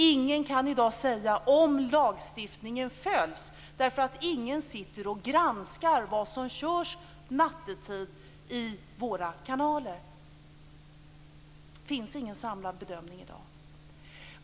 Ingen kan i dag säga om lagstiftningen följs, därför att ingen sitter och granskar vad som körs nattetid i våra kanaler. Det finns i dag ingen samlad bedömning.